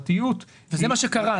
זה מה שקרה.